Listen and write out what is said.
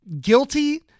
guilty